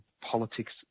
politics